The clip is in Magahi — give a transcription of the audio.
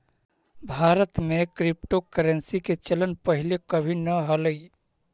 भारत में क्रिप्टोकरेंसी के चलन पहिले कभी न हलई